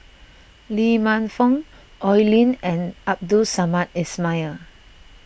Lee Man Fong Oi Lin and Abdul Samad Ismail